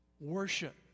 Worship